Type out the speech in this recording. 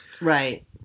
Right